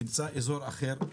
תמצא רחוב אחר,